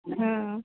ହଁ